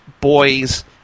boys